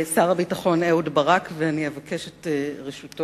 שר הביטחון אהוד ברק, ואבקש את רשותו